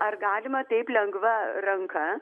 ar galima taip lengva ranka